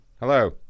Hello